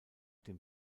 dem